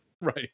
Right